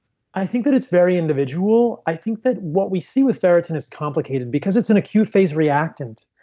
i think that it's very individual. i think that what we see with ferritin is complicated because it's an acute phase reactant.